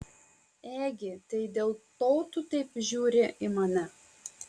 egi tai dėl to tu taip žiūri į mane